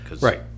Right